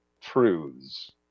truths